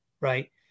right